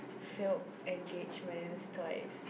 failed engagements twice